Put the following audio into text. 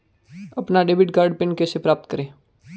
अपना debit card PIN कैसे प्राप्त करें?